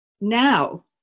now